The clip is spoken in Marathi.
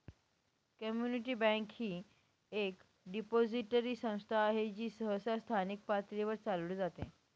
कम्युनिटी बँक ही एक डिपॉझिटरी संस्था आहे जी सहसा स्थानिक पातळीवर चालविली जाते